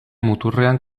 muturrean